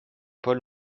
paul